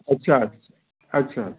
अच्छा अच्छा